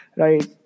Right